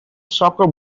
soccer